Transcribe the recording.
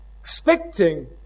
Expecting